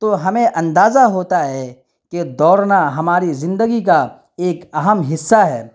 تو ہمیں اندازہ ہوتا ہے کہ دوڑنا ہماری زندگی کا ایک اہم حصہ ہے